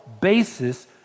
basis